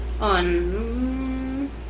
on